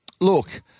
look